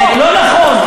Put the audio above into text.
לא נכון.